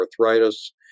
arthritis